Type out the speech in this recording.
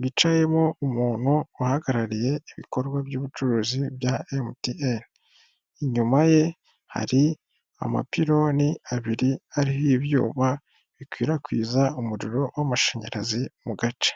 bicayemo umuntu uhagarariye ibikorwa by'ubucuruzi bya emutiyene, inyuma ye hari amapironi abiri ariho ibyuma bikwirakwiza umuriro w'amashanyarazi mu gace.